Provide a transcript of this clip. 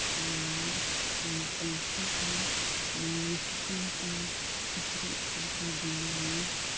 ᱟᱨ ᱛᱟᱹᱱᱛᱤ ᱫᱚ ᱥᱩᱛᱟᱹᱢ ᱛᱮ ᱠᱤᱪᱨᱤᱪ ᱠᱚᱠᱚ ᱵᱮᱱᱟᱣᱟ